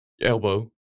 elbow